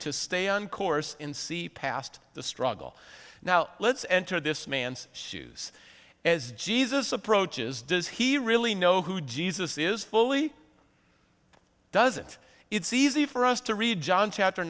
to stay on course and see past the struggle now let's enter this man's shoes as jesus approaches does he really know who jesus is fully it doesn't it's easy for us to read john chapter